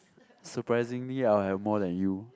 surprisingly I will have more than you